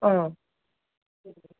आ